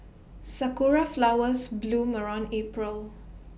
Sakura Flowers bloom around April